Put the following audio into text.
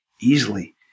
easily